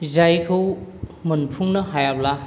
जायखौ मोनफुंनो हायाब्ला